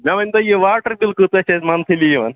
مےٚ ؤنۍتَو یہِ واٹر بِل کٲژاہ چھِ اَسہِ منتھٕلی یِوان